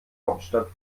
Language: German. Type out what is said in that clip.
hauptstadt